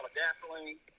gasoline